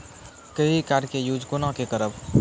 Credit card के use कोना के करबऽ?